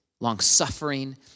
long-suffering